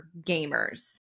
gamers